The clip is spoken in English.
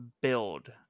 build